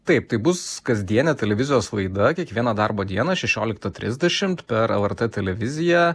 taip tai bus kasdienė televizijos laida kiekvieną darbo dieną šešioliktą trisdešimt per lrt televiziją